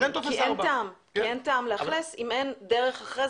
אז אין טופס 4. כי אין טעם לאכלס אם אין דרך אחר כך